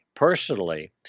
Personally